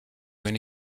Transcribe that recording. when